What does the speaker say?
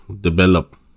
develop